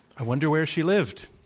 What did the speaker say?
i wonder where she lived.